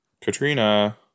Katrina